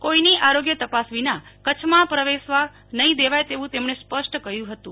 કોઈની આરોગ્ય તપાસ વિના કચ્છમાં પ્રવેશવા નહીં દેવાય તેવું તેમણે સ્પષ્ટ કહ્યું હતું